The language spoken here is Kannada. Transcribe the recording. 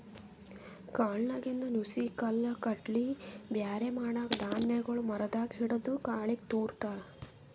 ಕಾಳ್ನಾಗಿಂದ್ ನುಸಿ ಕಲ್ಲ್ ಕಡ್ಡಿ ಬ್ಯಾರೆ ಮಾಡಕ್ಕ್ ಧಾನ್ಯಗೊಳ್ ಮರದಾಗ್ ಹಿಡದು ಗಾಳಿಗ್ ತೂರ ತಾರ್